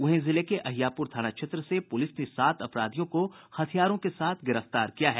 वहीं जिले के अहियापुर थाना क्षेत्र से पुलिस ने सात अपराधियों को हथियारों के साथ गिरफ्तार किया है